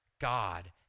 god